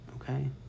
okay